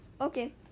okay